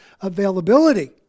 availability